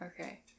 Okay